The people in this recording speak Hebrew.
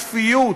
השפיות,